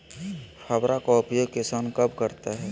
फावड़ा का उपयोग किसान कब करता है?